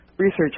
research